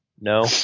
No